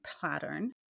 pattern